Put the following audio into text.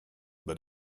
but